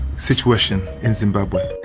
situation in zimbabwe.